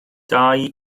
dau